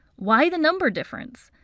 why the number difference?